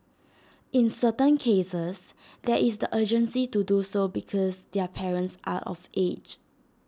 in certain cases there is the urgency to do so because their parents are of age